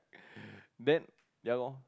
that ya lor